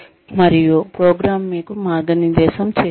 మరియు ప్రోగ్రామ్ మీకు మార్గనిర్దేశం చేస్తుంది